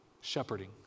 shepherding